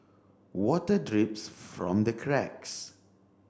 water drips from the cracks